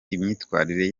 imyitwarire